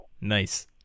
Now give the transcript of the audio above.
nice